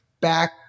back